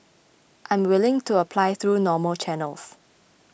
I'm willing to apply through normal channels